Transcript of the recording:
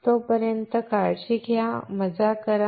तोपर्यंत काळजी घ्या मजा करा